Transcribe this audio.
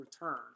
return